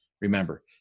Remember